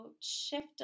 shift